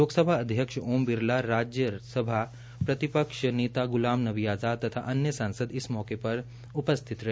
लोकसभा अध्यक्ष ओम बिरला राज्य सभा प्रतिपक्ष नेता गुलाम नबी आज़ाद तथा अन्य सांसद इस मौके पर उपस्थित रहे